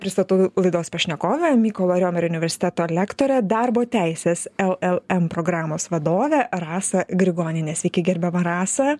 pristatau laidos pašnekovę mykolo riomerio universiteto lektorę darbo teisės llm programos vadovę rasą grigonienę sveiki gerbiama rasa